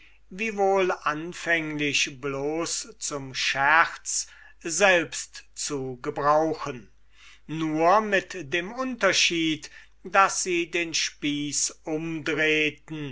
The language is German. wiewohl bloß anfänglich zum scherz zu gebrauchen nur mit dem unterschiede daß sie den spieß umdrehten